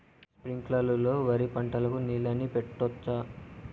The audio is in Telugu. స్ప్రింక్లర్లు లో వరి పంటకు నీళ్ళని పెట్టొచ్చా?